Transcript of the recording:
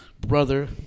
brother